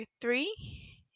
three